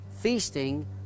feasting